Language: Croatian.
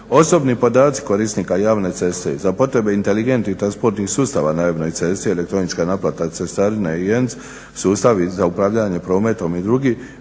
Osobni podaci korisnika javne ceste za potrebe inteligentnih transportnih sustava na javnoj cesti, elektronička naplata cestarine i ENC, sustavi za upravljanje prometom i drugi